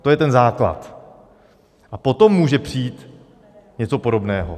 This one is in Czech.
To je základ a potom může přijít něco podobného.